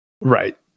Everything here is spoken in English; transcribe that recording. Right